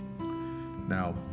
Now